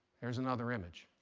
there's another image.